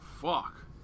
fuck